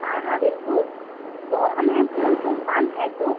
हाँ हाँ हाँ बिल्कुल वो हमें फोन के दुकान है तो